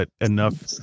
enough